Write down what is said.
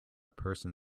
person